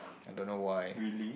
I don't know why